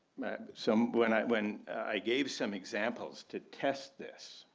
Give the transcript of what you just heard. some when i when i gave some examples to test this,